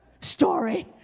story